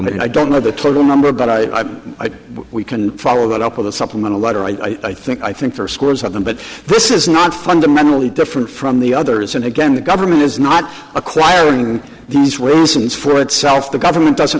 many i don't know the total number but i we can follow that up with a supplemental letter i think i think there are scores of them but this is not fundamentally different from the others and again the government is not acquiring these wilsons for itself the government doesn't